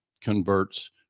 converts